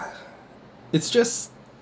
it's just